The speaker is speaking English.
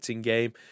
game